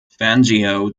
fangio